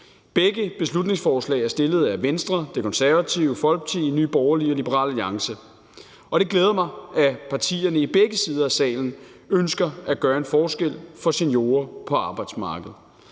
Begge beslutningsforslag er fremsat af Venstre, Det Konservative Folkeparti, Nye Borgerlige og Liberal Alliance, og det glæder mig, at partierne i begge sider af salen ønsker at gøre en forskel for seniorer på arbejdsmarkedet.